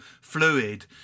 fluid